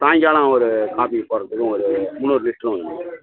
சாயங்காலம் ஒரு காப்பி போடுறத்துக்கும் ஒரு முண்ணூறு லிட்ரும் வேணும்